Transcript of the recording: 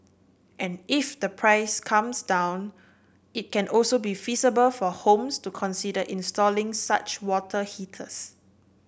and if the price comes down it can also be feasible for homes to consider installing such water heaters